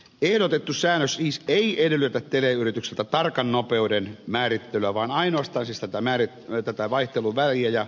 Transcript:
ehdotettu säännös siis ei edellytä teleyrityksiltä tarkan nopeuden määrittelyä vaan ainoastaan tätä vaihteluväliä